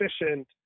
efficient